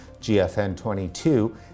GFN22